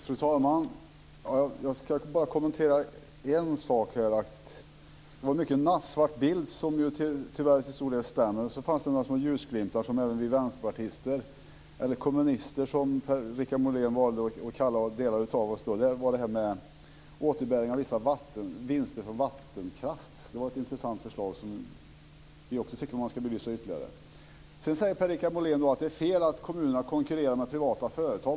Fru talman! Jag ska bara kommentera en sak. Det var en mycket nattsvart bild, som tyvärr till stor del stämmer. Sedan fanns det några små ljusglimtar som även vi vänsterpartister ser - eller kommunister, som Per-Richard Molén valde att kalla delar av oss. Det gällde återbäring av vissa vinster från vattenkraft. Det var ett intressant förslag som också vi tycker att man ska belysa ytterligare. Sedan säger Per-Richard Molén att det är fel att kommunerna konkurrerar med privata företag.